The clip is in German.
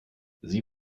sie